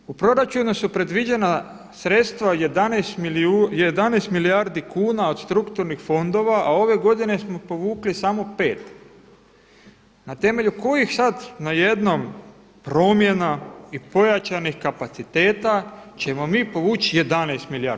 Dalje, u proračunu su predviđena sredstva 11 milijardi kuna od strukturnih fondova a ove godine smo povukli samo 5. Na temelju kojih sad najednom promjena i pojačanih kapaciteta ćemo mi povući 11 milijardi?